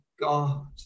god